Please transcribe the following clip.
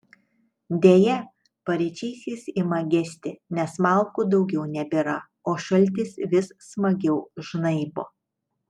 deja paryčiais jis ima gesti nes malkų daugiau nebėra o šaltis vis smagiau žnaibo